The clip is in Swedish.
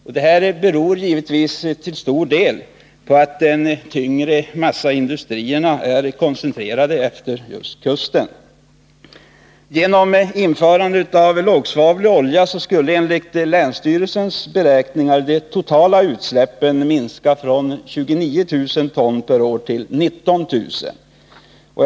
Till stor del beror detta givetvis på att de tyngre massaindustrierna är koncentrerade efter kusten. Genom införandet av lågsvavlig olja skulle enligt länsstyrelsens beräkningar de totala utsläppen minska från 29 000 till 19 000 ton per år.